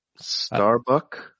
Starbuck